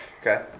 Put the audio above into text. Okay